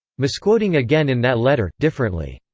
misquoting again in that letter, differently.